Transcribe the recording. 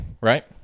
right